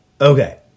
Okay